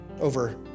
over